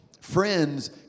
Friends